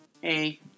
hey